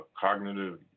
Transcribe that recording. cognitive